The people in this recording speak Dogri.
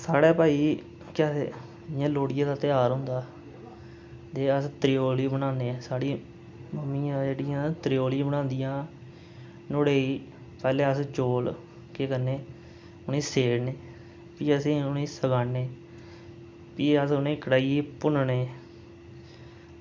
साढ़े भई केह् आखदे इंया लोह्ड़ियै दा ध्यार होंदा ते अस त्रिचौली बनान्ने ते साढ़े मम्मी जेह्ड़ियां त्रिचौली बनांदियां नुहाड़े च पैह्लें अस चौल केह् करने सेड़ने भी अस केह् करने सुक्काने भी अस उनेंगी कड़ाहियै च भुन्नने